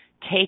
take